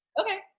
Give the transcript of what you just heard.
Okay